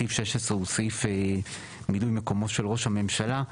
בסעיף 16 הוא סעיף מילוי מקומו של ראש הממשלה,